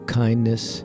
kindness